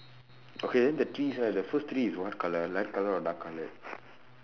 okay then the trees right the first tree is what colour light colour or dark coloured